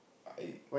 I